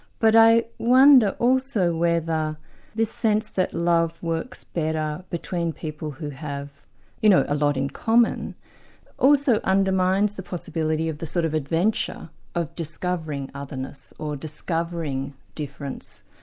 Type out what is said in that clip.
but i wonder also whether this sense that love works better between people who have you know a lot in common also undermines the possibility of the sort of adventure of discovering otherness, or discovering difference,